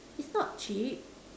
is not cheap